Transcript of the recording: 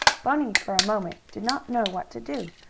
bunny, for a moment, did not know what to do,